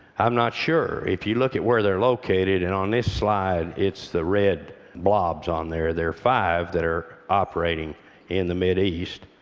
i'm not sure. if you look at where they're located and on this slide it's the red blobs on there there are five that are operating in the mid-east,